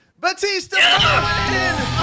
Batista